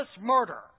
Murder